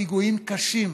פיגועים קשים,